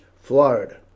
florida